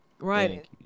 Right